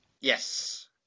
Yes